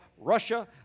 Russia